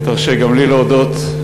תרשה גם לי להודות.